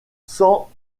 sans